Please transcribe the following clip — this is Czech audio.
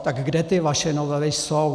Tak kde ty vaše novely jsou?